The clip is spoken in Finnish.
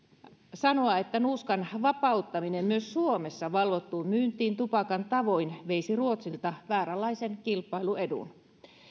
sanoa että nuuskan vapauttaminen myös suomessa valvottuun myyntiin tupakan tavoin veisi ruotsilta vääränlaisen kilpailuedun